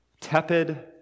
tepid